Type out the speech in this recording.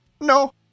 No